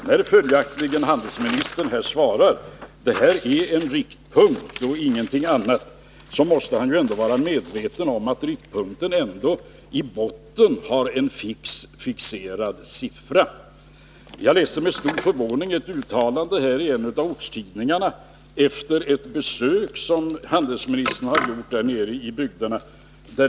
När handelsministern svarar att det här ären riktpunkt och ingenting annat måste han följaktligen vara medveten om att riktpunkten ändå i botten har en fixerad siffra. Jag läste med stor förvåning ett uttalande av handelsministern i en av ortstidningarna efter ett besök som handelsministern gjort nere i dessa bygder.